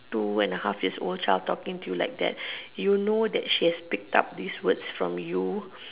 two and a half years old child talking to you like that you know that she has picked up these words from you